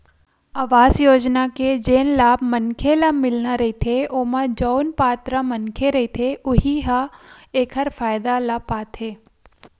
अवास योजना के जेन लाभ मनखे ल मिलना रहिथे ओमा जउन पात्र मनखे रहिथे उहीं ह एखर फायदा ल पाथे